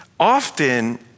Often